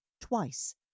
twice